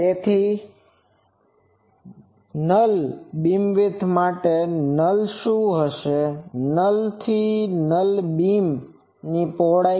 તેથી null beamwidth માટે null શું હશે નલ થી નલ બીમ ની પહોળાઈ